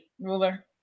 Ruler